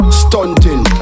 stunting